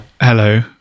Hello